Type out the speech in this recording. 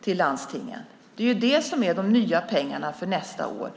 till landstingen. Det är det som är de nya pengarna för nästa år.